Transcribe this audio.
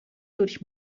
durch